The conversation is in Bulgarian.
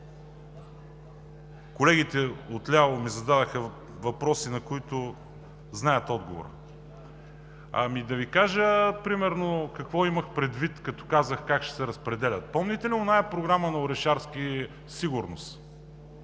колегите отляво ми зададоха въпроси, на които знаят отговора. Да Ви кажа примерно какво имах предвид, като казах как ще се разпределят. Помните ли оная програма на Орешарски – „Сигурност“?